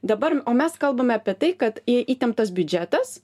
dabar o mes kalbame apie tai kad į įtemptas biudžetas